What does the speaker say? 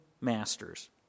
masters